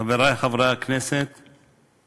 חבר הכנסת מוחמד ברכה.